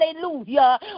Hallelujah